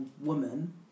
woman